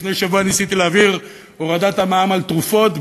לפני שבוע ניסיתי להעביר את הורדת המע"מ על תרופות,